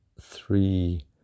three